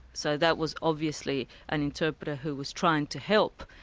so that was obviously an interpreter who was trying to help,